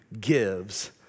gives